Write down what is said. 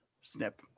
snip